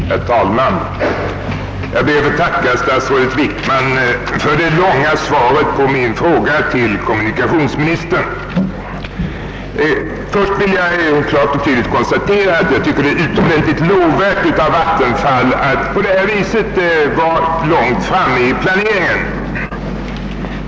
Herr talman! Jag ber att få tacka statsrådet Wickman för det långa svaret på min fråga till kommunikationsministern. Till att börja med vill jag konstatera att det är utomordentligt lovvärt av Vattenfall att på detta sätt ligga långt framme i planeringen.